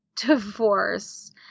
divorce